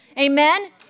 Amen